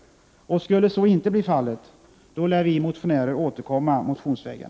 Skulle så inte bli fallet, lär vi motionärer återkomma motionsvägen.